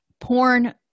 Porn